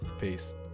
peace